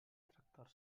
tractar